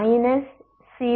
cdc2xdx